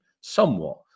somewhat